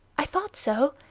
i thought so!